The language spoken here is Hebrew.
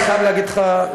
אני חייב להגיד לך,